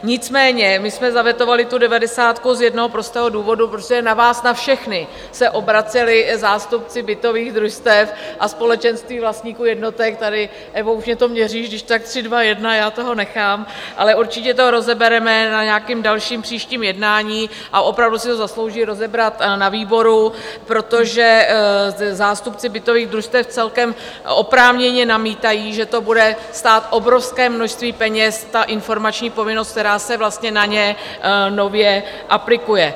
Nicméně my jsme zavetovali tu devadesátku z jednoho prostého důvodu, protože na vás na všechny se obraceli zástupci bytových družstev a společenství vlastníků jednotek tady Evo, už mě to měříš, když tak tři dva jedna, já toho nechám ale určitě to rozebereme na nějakém dalším příštím jednání a opravdu si to zaslouží rozebrat na výboru, protože zástupci bytových družstev celkem oprávněně namítají, že to bude stát obrovské množství peněz, ta informační povinnost, která se vlastně na ně nově aplikuje.